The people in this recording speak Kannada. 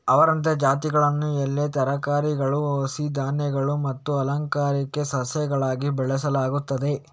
ಅಮರಂಥ್ ಜಾತಿಗಳನ್ನು ಎಲೆ ತರಕಾರಿಗಳು, ಹುಸಿ ಧಾನ್ಯಗಳು ಮತ್ತು ಅಲಂಕಾರಿಕ ಸಸ್ಯಗಳಾಗಿ ಬೆಳೆಸಲಾಗುತ್ತದೆ